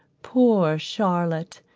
poor charlotte,